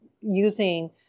using